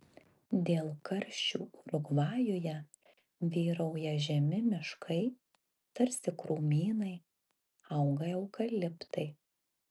dėl karščių urugvajuje vyrauja žemi miškai tarsi krūmynai auga eukaliptai